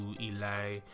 eli